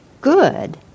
good